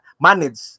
manage